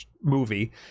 movie